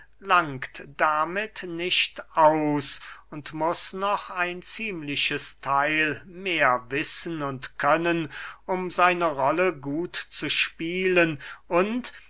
langt damit nicht aus und muß noch ein ziemliches theil mehr wissen und können um seine rolle gut zu spielen und